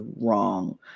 wrong